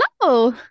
hello